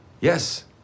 Yes